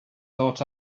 thought